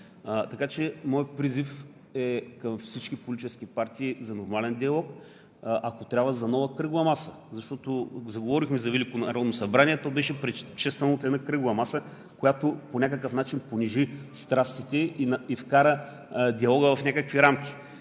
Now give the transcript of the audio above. Така че моят призив е към всички политически партии за нормален диалог, ако трябва – за нова кръгла маса. Защото заговорихме за Велико народно събрание, а то беше предшествано от една кръгла маса, която по някакъв начин понижи страстите и вкара диалога в някакви рамки.